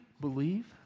believe